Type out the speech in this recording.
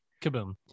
Kaboom